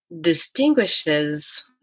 distinguishes